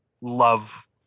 love